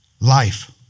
Life